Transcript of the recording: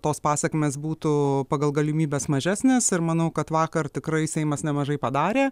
tos pasekmės būtų pagal galimybes mažesnės ir manau kad vakar tikrai seimas nemažai padarė